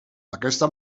aquesta